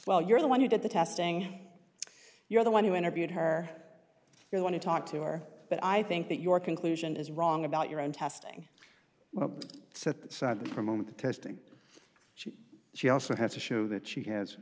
well you're the one who did the testing you're the one who interviewed her you want to talk to her but i think that your conclusion is wrong about your own testing well set that aside for a moment the testing she she also has to show that she has